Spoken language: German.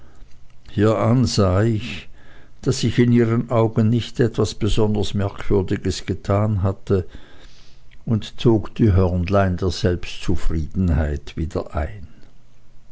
hieran sah ich daß ich in ihren augen nicht etwas besonders merkwürdiges getan hatte und zog die hörnlein der selbstzufriedenheit wieder ein